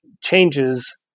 changes